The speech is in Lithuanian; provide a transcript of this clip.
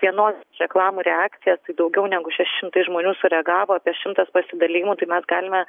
vienos reklamų reakcijas daugiau negu šeši šimtai žmonių sureagavo apie šimtas pasidalijimų tai mes galime